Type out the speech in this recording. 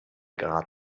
grad